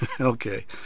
okay